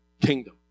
kingdom